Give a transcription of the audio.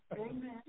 Amen